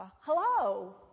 hello